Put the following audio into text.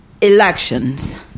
elections